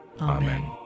Amen